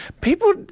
people